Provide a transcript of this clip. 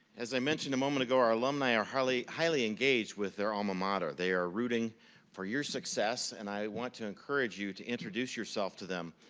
as i mentioned a moment ago, our alumni are highly highly engaged with their alma mater. they are rooting for your success and i want to encourage you to introduce yourself to them.